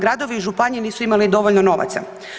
Gradovi i županije nisu imali dovoljno novaca.